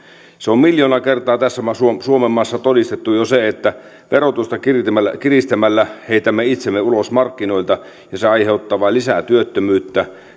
on miljoona kertaa tässä suomenmaassa todistettu jo se että verotusta kiristämällä kiristämällä heitämme itsemme ulos markkinoilta ja se aiheuttaa vain lisää työttömyyttä